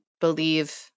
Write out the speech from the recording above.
believe